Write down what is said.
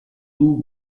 two